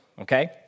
Okay